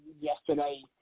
yesterday